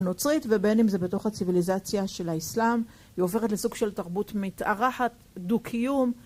נוצרית ובין אם זה בתוך הציביליזציה של האסלאם, היא הופכת לסוג של תרבות מתארחת, דו קיום